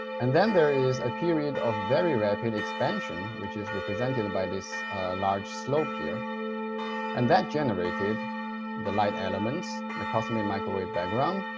and then there is a period of very rapid expansion which is represented by this large slope here and that generated the light elements, the cosmic microwave background,